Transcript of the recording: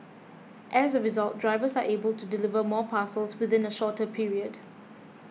as a result drivers are able to deliver more parcels within a shorter period